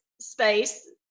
space